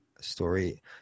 story